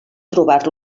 trobar